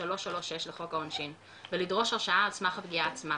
336 לחוק העונשין ולדרוש הרשעה על סמך הפגיעה עצמה,